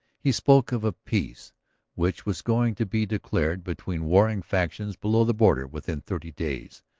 he spoke of a peace which was going to be declared between warring factions below the border within thirty days,